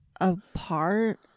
apart